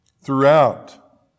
throughout